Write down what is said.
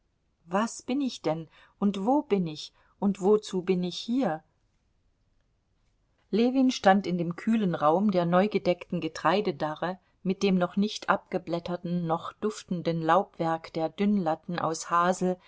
was bin ich denn und wo bin ich und wozu bin ich hier ljewin stand in dem kühlen raum der neugedeckten getreidedarre mit dem noch nicht abgeblätterten noch duftenden laubwerk der dünnlatten aus hasel